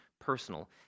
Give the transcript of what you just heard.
personal